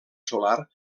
solar